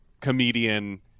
comedian